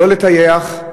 לא לטייח,